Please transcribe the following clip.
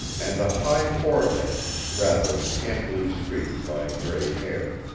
and a high forehead rather scantily streaked by gray hair.